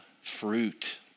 fruit